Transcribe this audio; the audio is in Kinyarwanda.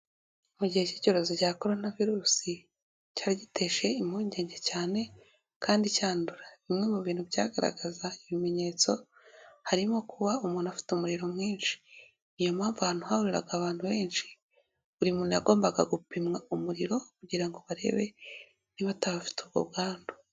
Mu gihe cy'icyorezo cya coronavirus cyari giteje impungenge cyane kandi cyandura, bimwe mu bintu byagaragazaga ibimenyetso harimo kuba umuntu afite umuriro mwinshi, ni iyo mpamvu ahantu hahuriraga abantu benshi buri muntu yagombaga gupimwa umuriro kugira ngo barebe niba ataba afite ubwo bwandu.